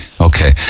okay